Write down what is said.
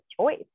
choice